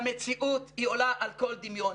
במציאות, היא עולה על כל דמיון.